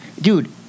Dude